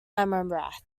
amaranth